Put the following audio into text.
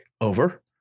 Over